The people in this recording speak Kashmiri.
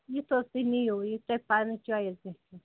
یُتھ حظ تُہۍ نِیو یہِ تۄہہِ پَنٕنۍ چوایِز گژھِ